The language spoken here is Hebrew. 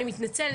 אני מתנצלת,